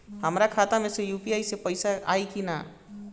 हमारा खाता मे यू.पी.आई से पईसा आई कि ना?